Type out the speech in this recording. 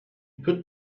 put